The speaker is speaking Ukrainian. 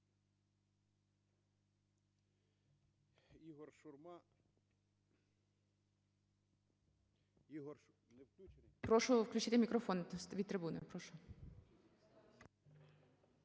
Прошу включити мікрофон, від трибуни,